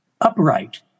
upright